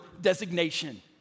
designation